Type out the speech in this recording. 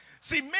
See